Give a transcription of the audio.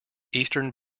eastern